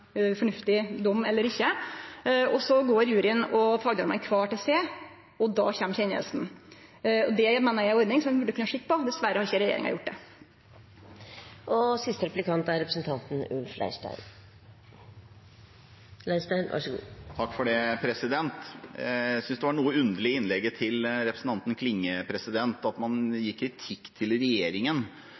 fornuftig dom eller ikkje. Så går juryen og fagdomarane kvar til seg, og då kjem orskurden. Det meiner eg er ei ordning som vi kunne sett på. Dessverre har ikkje regjeringa gjort det. Jeg synes det var underlig i innlegget til representanten Klinge at man gir kritikk til regjeringen